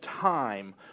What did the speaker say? time